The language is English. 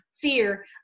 fear